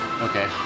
Okay